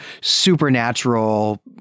supernatural